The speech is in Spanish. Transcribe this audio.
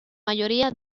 mayoría